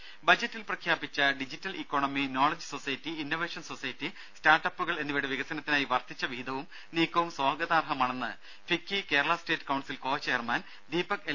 രും ബജറ്റിൽ പ്രഖ്യാപിച്ച digital economy knowledge society innovation society സ്റ്റാർട്ട് അപ്പുകൾ എന്നിവയുടെ വികസനത്തിനായി വർധിച്ച വിഹിതവും നീക്കവും സ്വാഗതാർഹമാണെന്ന് FICCI Kerala state council co chairman Deepak L